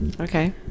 Okay